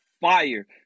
fire